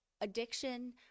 addiction